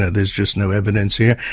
ah there's just no evidence here,